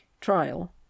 trial